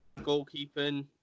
goalkeeping